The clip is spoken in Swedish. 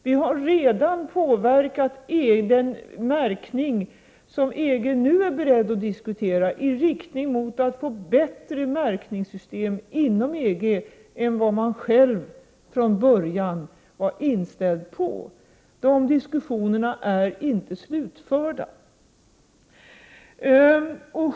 Vi har redan påverkat EG i fråga om den märkning som EG nu är beredd att diskutera, vilket innebär att EG arbetar för ett märkningssystem inom EG som är bättre än det som EG själv från början var inställd på. Dessa diskussioner är inte slutförda.